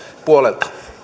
puolelta